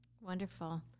Wonderful